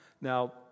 Now